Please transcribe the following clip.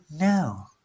No